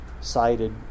cited